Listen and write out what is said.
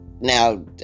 Now